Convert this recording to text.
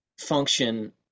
Function